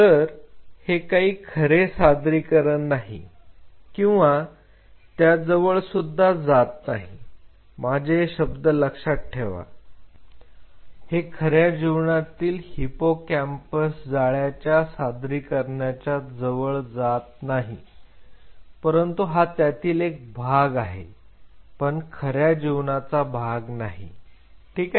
तर हे काही खरे सादरीकरण नाही किंवा त्या जवळ सुद्धा जात नाही माझे हे शब्द लक्षात ठेवा हे खऱ्या जीवनातील हिपोकॅम्पस जाळ्याच्या सादरीकरणाच्या जवळ जात नाही परंतु हा त्यातील एक भाग आहे पण खऱ्या जीवनाचा भाग नाही ठीक आहे